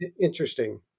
interesting